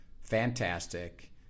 Fantastic